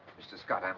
mr. scott,